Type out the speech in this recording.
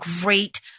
great